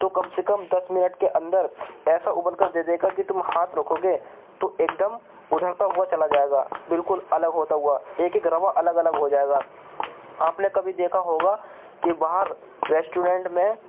تو کم سے کم دس منٹ کے اندر ایسا ابل کر دے دے گا کہ تم ہاتھ رکھو گے تو ایک تم ادھڑتا ہوا چلا جائے گا بالکل الگ ہوتا ہوا ایک ایک رواں الگ الگ ہو جائے گا آپ نے کبھی دیکھا ہوگا کہ باہر ریسٹورنٹ میں